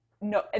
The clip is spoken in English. no